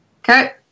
Okay